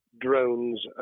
drones